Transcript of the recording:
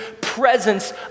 presence